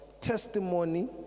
testimony